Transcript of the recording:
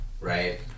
right